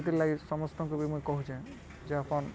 ସେଥିର୍ଲାଗି ସମସ୍ତଙ୍କୁ ବି ମୁଇଁ କହୁଛେ ଯେ ଆପନ୍